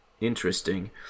interesting